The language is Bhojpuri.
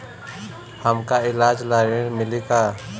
हमका ईलाज ला ऋण मिली का?